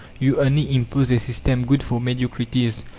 you only impose a system good for mediocrities,